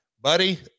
buddy